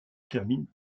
termine